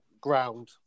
ground